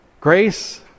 Grace